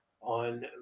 on